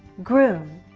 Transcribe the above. groom.